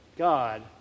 God